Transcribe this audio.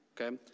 Okay